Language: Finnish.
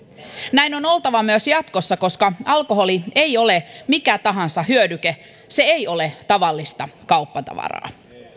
näin on oltava myös jatkossa koska alkoholi ei ole mikä tahansa hyödyke se ei ole tavallista kauppatavaraa